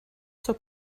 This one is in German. zur